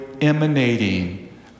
emanating